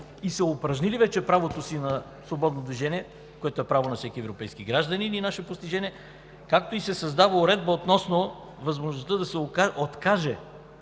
и са упражнили вече правото си на свободно движение, което е право на всеки европейски гражданин и наше постижение. Както и се създава уредба относно възможността да се откаже,